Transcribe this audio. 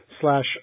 slash